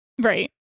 Right